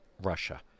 Russia